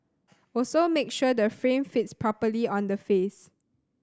also make sure the frame fits properly on the face